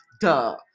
Duh